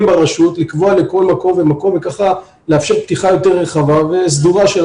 ברשות לקבוע לכל מקום ומקום כך לאפשר פתיחה יותר רחבה וסדורה.